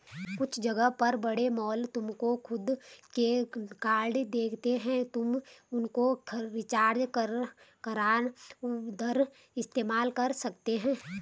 कुछ जगह पर बड़े मॉल तुमको खुद के कार्ड देते हैं तुम उनको रिचार्ज करा कर उधर इस्तेमाल कर सकते हो